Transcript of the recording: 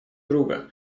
друга